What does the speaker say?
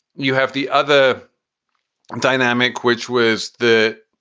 you have the other dynamic, which was the.